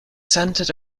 centered